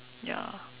ya